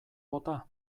bota